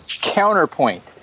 Counterpoint